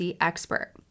expert